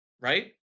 right